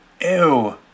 Ew